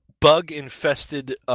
bug-infested